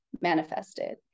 manifested